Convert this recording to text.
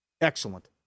Excellent